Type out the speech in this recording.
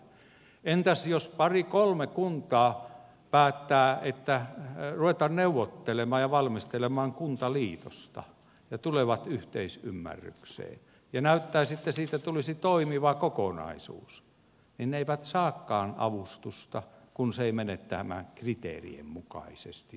entäs jos pari kolme kuntaa päättää että ruvetaan neuvottelemaan ja valmistelemaan kuntaliitosta ne tulevat yhteisymmärrykseen ja näyttäisi että siitä tulisi toimiva kokonaisuus ja ne eivät saakaan avustusta kun selvitysalue ei mene näiden kriteerien mukaisesti